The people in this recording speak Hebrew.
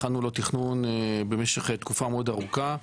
הכנו לו תכנון במשך תקופה מאוד ארוכה,